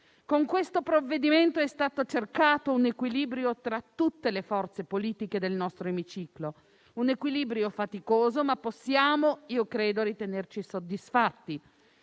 Con il provvedimento in esame è stato cercato un equilibrio tra tutte le forze politiche del nostro Emiciclo: un equilibrio faticoso, ma credo che possiamo ritenerci soddisfatti.